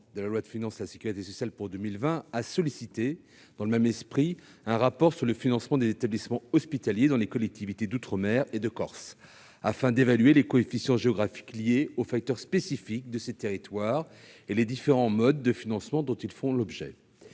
de la loi de financement de la sécurité sociale pour 2020 a prévu, dans le même esprit, un rapport sur le financement des établissements hospitaliers dans les collectivités d'outre-mer et de Corse afin d'évaluer les coefficients géographiques liés aux facteurs spécifiques de ces territoires et les différents modes de financement dont ils font l'objet.